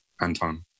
Anton